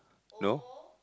no